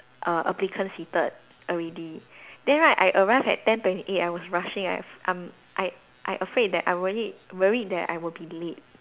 err applicants seated already then right I arrived at ten twenty eight I was rushing I I'm I I afraid that I worried worried that I will be late